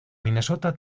minnesota